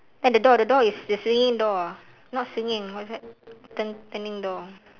then the door the door is the swinging door ah not swinging what's that turn~ turning door ah